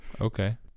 Okay